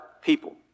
people